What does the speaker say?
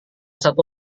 satu